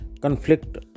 conflict